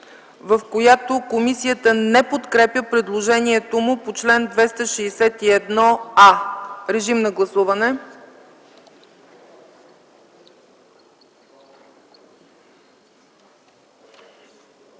в която комисията не подкрепя предложението му по чл. 261а. Гласували